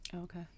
Okay